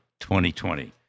2020